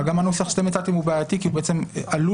אבל גם הנוסח שאתם הצעתם הוא בעייתי כי הוא עלול